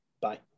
Bye